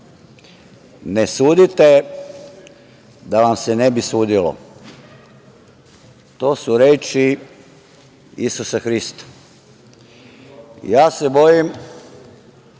ne sudite da vam se ne bi sudilo. To su reči Isusa Hrista. Bojim